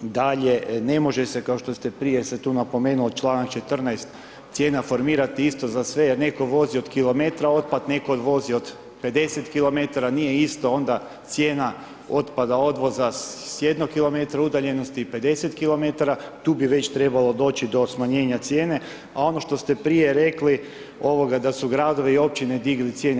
dalje, ne može se, kao što ste prije se tu napomenuo čl. 14. cijena formirati isto za sve jer netko vozi od kilometra otpad, netko vozi od 50 km, nije isto onda cijena otpada, odvoza s jednog km udaljenosti i 50 km, tu bi već trebalo doći do smanjenja cijene, a ono što ste prije rekli da su gradovi i općine digli cijene.